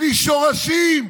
בלי שורשים,